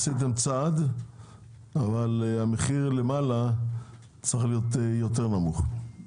עשיתם צעד אבל המחיר למעלה צריך להיות יותר נמוך.